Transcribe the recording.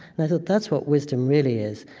and i thought, that's what wisdom really is,